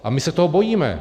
A my se toho bojíme.